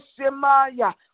Shemaya